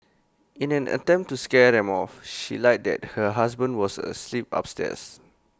in an attempt to scare them off she lied that her husband was asleep upstairs